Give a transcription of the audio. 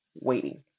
waiting